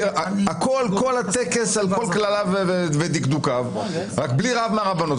כל הטקס על כל כלליו ודקדוקיו רק בלי רב מהרבנות.